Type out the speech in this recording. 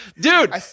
Dude